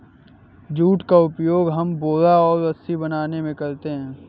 jute का उपयोग हम बोरा और रस्सी बनाने में करते हैं